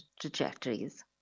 trajectories